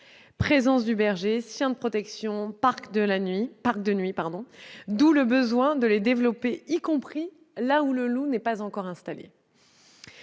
présence du berger, chien de protection, parc de nuit, d'où la nécessité de les mettre en place y compris là où le loup n'est pas encore installé.